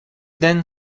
then